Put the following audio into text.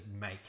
make